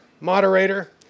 moderator